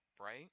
right